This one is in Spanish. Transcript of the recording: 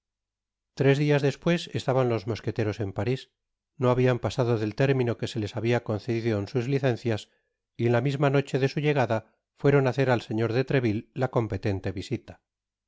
tres dias despues entraban los mosqueteros en paris no habian pasado del término que se les habia concedido en sus licencias y en la misma noche de su llegada fueron á hacer al señor dn treville la competente visita